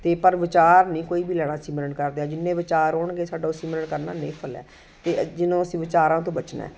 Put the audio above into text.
ਅਤੇ ਪਰ ਵਿਚਾਰ ਨਹੀਂ ਕੋਈ ਵੀ ਲੈਣਾ ਸਿਮਰਨ ਕਰਦਿਆਂ ਜਿੰਨੇ ਵਿਚਾਰ ਹੋਣਗੇ ਸਾਡਾ ਉਹ ਸਿਮਰਨ ਕਰਨਾ ਨਹੀਂ ਨਿਫਲ ਹੈ ਅਤੇ ਜਿਹਨੂੰ ਅਸੀਂ ਵਿਚਾਰਾਂ ਤੋਂ ਬਚਣਾ